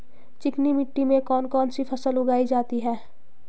चिकनी मिट्टी में कौन कौन सी फसल उगाई जाती है?